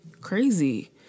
crazy